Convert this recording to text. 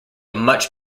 much